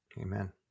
Amen